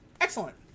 Excellent